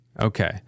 Okay